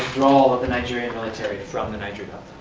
of the nigerian military from the niger but